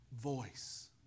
voice